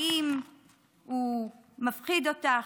האם הוא מפחיד אותך?